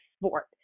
sport